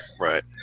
right